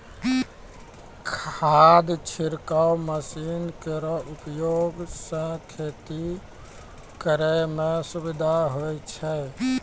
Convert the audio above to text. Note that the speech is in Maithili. खाद छिड़काव मसीन केरो उपयोग सँ खेती करै म सुबिधा होय छै